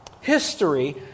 history